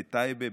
בטייבה,